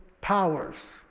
powers